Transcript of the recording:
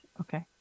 Okay